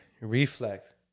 reflect